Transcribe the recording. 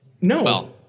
No